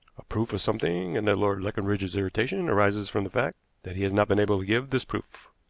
a proof of something, and that lord leconbridge's irritation arises from the fact that he has not been able to give this proof.